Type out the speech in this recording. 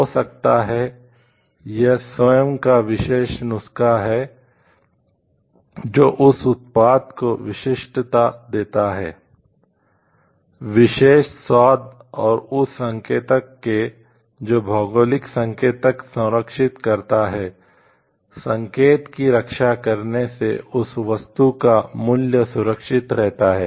हो सकता है यह स्वयं का विशेष नुस्खा है जो उस उत्पाद को विशिष्टता देता है विशेष स्वाद और उस संकेतक के जो भौगोलिक संकेतक संरक्षित करता है संकेत की रक्षा करने से उस वस्तु का मूल्य सुरक्षित रहता है